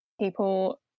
people